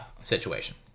situation